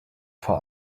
for